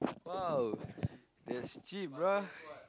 !wow! that's cheap bro